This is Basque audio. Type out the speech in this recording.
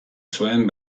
zuen